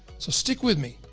so stick with me.